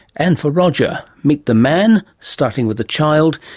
and for roger. meet the man, starting with the child,